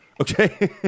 okay